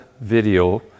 video